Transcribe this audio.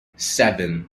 seven